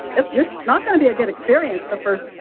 it's just not going to be a good experience the first,